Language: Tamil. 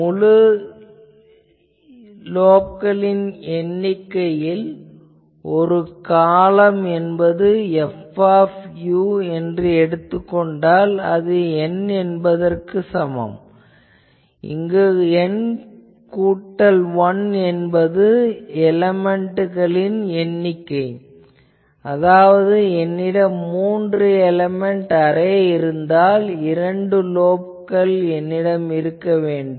முழு லோப்களின் எண்ணிக்கையில் ஒரு காலம் என்பது F எனக் கொண்டால் அது N என்பதற்கு சமம் இங்கு N கூட்டல் 1 என்பது எலேமென்ட்களின் எண்ணிக்கை அதாவது என்னிடம் மூன்று எலேமென்ட் அரே இருந்தால் இரண்டு லோப்கள் என்னிடம் இருக்க வேண்டும்